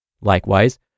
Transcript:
Likewise